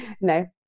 No